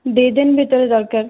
ଦୁଇ ଦିନ୍ ଭିତରେ ଦରକାର